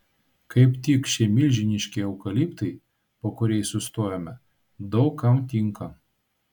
kaip tik šie milžiniški eukaliptai po kuriais sustojome daug kam tinka